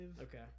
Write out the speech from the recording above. Okay